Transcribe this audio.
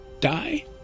die